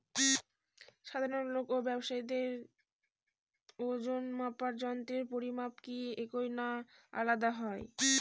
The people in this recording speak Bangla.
সাধারণ লোক ও ব্যাবসায়ীদের ওজনমাপার যন্ত্রের পরিমাপ কি একই না আলাদা হয়?